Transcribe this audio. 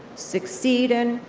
succeed in,